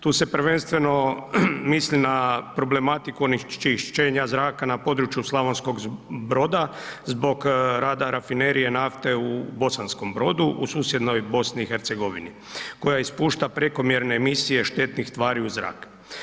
Tu se prvenstveno misli na problematiku onečišćenja zraka na području Slavonskog Broda, zbog rada rafinerije nafte u Bosanskom Brodu, u susjednoj BiH koja ispušta prekomjerne emisije štetnih tvari u zrak.